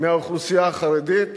מהאוכלוסייה החרדית